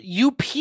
UP